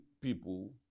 people